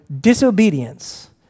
disobedience